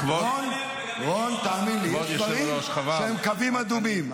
--- רון, תאמין לי, יש דברים שהם קווים אדומים.